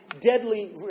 deadly